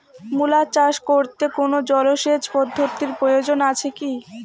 মূলা চাষ করতে কোনো জলসেচ পদ্ধতির প্রয়োজন আছে কী?